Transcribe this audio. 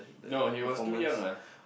no he was too young ah